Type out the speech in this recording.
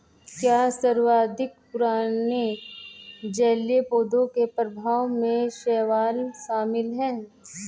क्या सर्वाधिक पुराने जलीय पौधों के प्रकार में शैवाल शामिल है?